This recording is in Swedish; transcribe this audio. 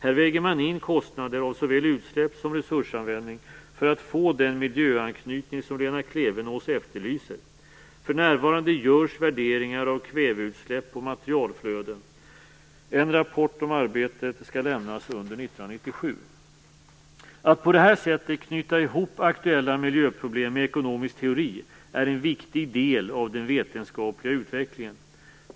Här väger man in kostnader av såväl utsläpp som resursanvändning för att få den miljöanknytning som Lena Klevenås efterlyser. För närvarande görs värderingar av kväveutsläpp och materialflöden. En rapport om arbetet skall lämnas under 1997. Att på det här sättet knyta ihop aktuella miljöproblem med ekonomisk teori är en viktig del av den vetenskapliga utvecklingen.